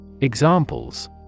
Examples